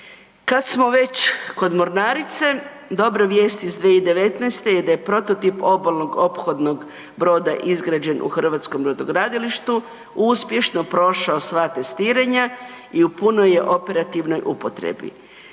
Kada smo već kod Mornarice, dobra vijest iz 2019. je da je prototip obolnog ophodnog broda izgrađen u hrvatskom brodogradilištu uspješno prošao sva testiranja i u punoj je operativnoj upotrebi.